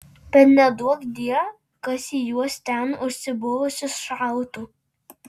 bet neduokdie kas į juos ten užsibuvusius šautų